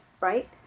Right